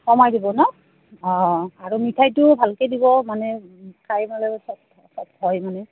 কমাই দিব ন অঁ আৰু মিঠাইটো ভালকে দিব মানে খাই মেলে